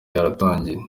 yaratangiye